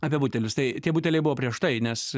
apie butelius tai tie buteliai buvo prieš tai nes